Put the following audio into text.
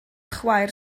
chwaer